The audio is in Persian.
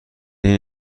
این